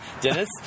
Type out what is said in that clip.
Dennis